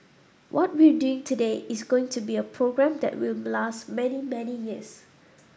what we're doing today is going to be a program that will last many many years